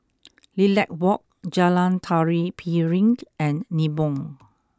Lilac Walk Jalan Tari Piring and Nibong